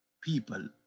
people